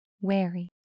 Wary